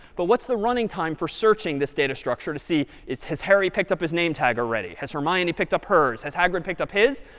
but what's the running time for searching this data structure to see has harry picked up his name tag already? has hermione picked up hers? has hagrid picked up his?